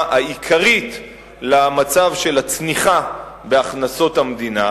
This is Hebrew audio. העיקרית למצב של הצניחה בהכנסות המדינה,